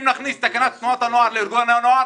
אם נכניס את תקנת תנועות הנוער לארגוני הנוער